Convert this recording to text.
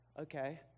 okay